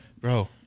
Bro